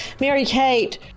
Mary-Kate